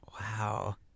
Wow